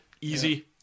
easy